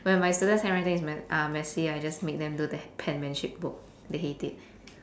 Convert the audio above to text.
when my student's handwriting is mess~ uh messy I just make them do the penmanship book they hate it